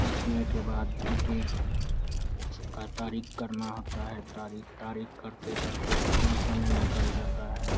जितने के बाद भी उसका तारीख़ करना होता है तारीख़ तारीख़ करते करते कितना समय निकल जाता है